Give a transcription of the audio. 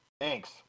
Thanks